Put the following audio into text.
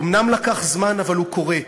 אומנם לקח זמן, אבל הוא קורה.